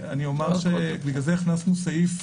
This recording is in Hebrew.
בגלל זה הכנסנו סעיף,